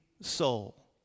soul